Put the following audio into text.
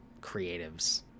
creatives